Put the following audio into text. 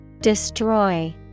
Destroy